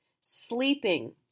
Sleeping